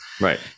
Right